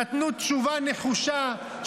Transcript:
נתנו תשובה נחושה,